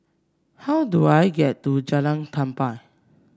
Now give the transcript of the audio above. how do I get to Jalan Tempua